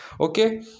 Okay